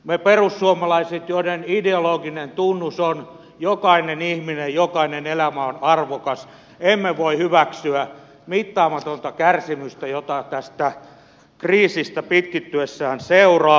me perussuomalaiset joiden ideologinen tunnus on jokainen ihminen jokainen elämä on arvokas emme voi hyväksyä mittaamatonta kärsimystä jota tästä kriisistä pitkittyessään seuraa